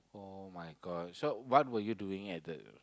[oh]-my-God so what were you doing at the